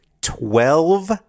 Twelve